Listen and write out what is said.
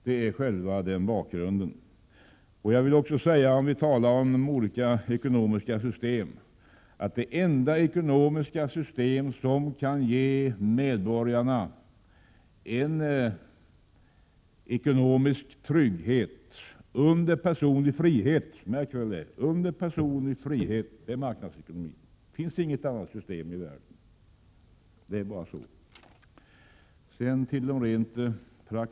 Det enda ekonomiska system som kan ge medborgarna en ekonomisk trygghet under personlig frihet, märk väl under personlig frihet, är marknadsekonomin. Det finns inget annat system i världen som kan det. Det är bara så.